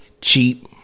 cheap